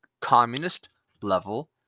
communist-level